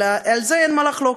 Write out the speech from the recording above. אבל על זה אין מה לחלוק,